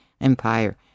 empire